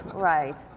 right.